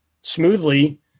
smoothly